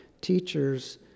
teachers